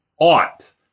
ought